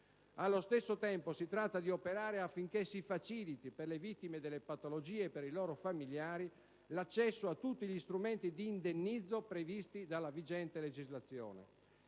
Allo stesso tempo, si tratta di operare affinché si faciliti, per le vittime delle patologie e per i loro familiari, l'accesso a tutti gli strumenti di indennizzo previsti dalla legislazione